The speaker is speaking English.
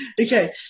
Okay